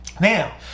Now